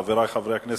חברי חברי הכנסת,